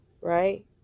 Right